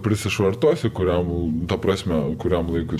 prisišvartuosiu kuriam ta prasme kuriam laikui